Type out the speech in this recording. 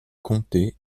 comté